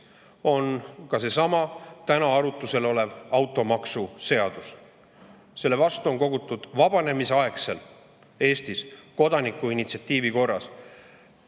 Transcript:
on ka seesama täna arutusel olev automaksuseadus. Selle vastu on kogutud Eestis vabanemisjärgsel ajal kodanikuinitsiatiivi korras